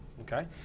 okay